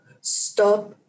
Stop